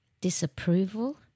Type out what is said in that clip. disapproval